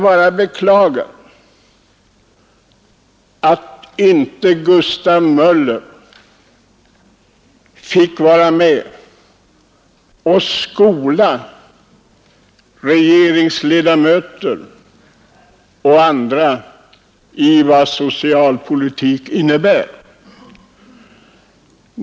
Jag beklagar att Gustav Möller inte fick vara med och skola regeringsledamöter och andra om vad socialpolitik innebär.